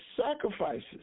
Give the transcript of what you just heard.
sacrifices